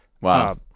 Wow